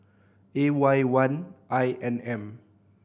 A Y one I N M